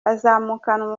azamukana